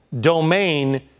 domain